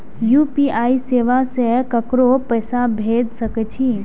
UPI सेवा से ककरो पैसा भेज सके छी?